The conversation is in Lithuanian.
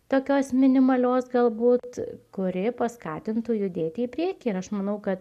tokios minimalios galbūt kuri paskatintų judėti į priekį ir aš manau kad